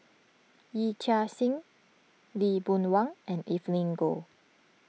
Yee Chia Hsing Lee Boon Wang and Evelyn Goh